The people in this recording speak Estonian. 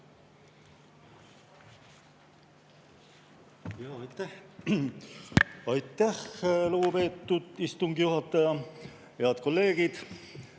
Aitäh, lugupeetud istungi juhataja! Head kolleegid!